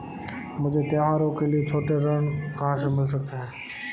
मुझे त्योहारों के लिए छोटे ऋृण कहां से मिल सकते हैं?